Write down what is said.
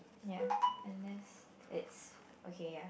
ya and this it's okay ya